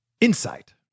insight